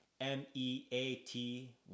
M-E-A-T